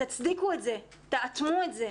תצדיקו את זה, תאטמו את זה.